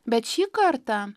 bet šį kartą